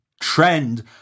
trend